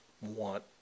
want